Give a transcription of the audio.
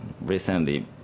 recently